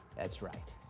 that's right.